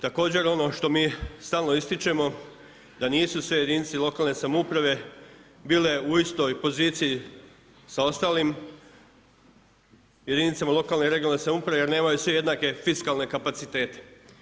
Također ono što mi stalno ističemo, da nisu sve jedinice lokalne samouprave bile u istoj poziciji sa ostalim jedinicama lokalne i regionalne samouprave jer nemaju svi jednake fiskalne kapacitete.